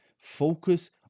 Focus